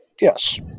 Yes